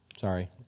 Sorry